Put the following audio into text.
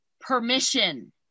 permission